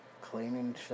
Cleaning